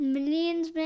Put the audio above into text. Millions